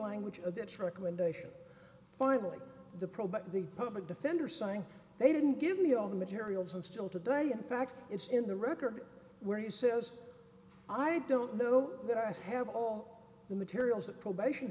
language of its recommendation finally the pro but the public defender saying they didn't give me all the materials and still today in fact it's in the record where he says i don't know that i have all the materials that probation